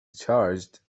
charged